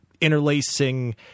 interlacing